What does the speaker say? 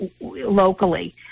locally